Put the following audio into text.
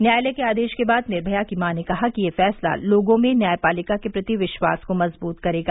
न्यायालय के आदेश के बाद निर्भया की मां ने कहा कि यह फैसला लोगों में न्यायपालिका के प्रति विश्वास को मजबूत करेगा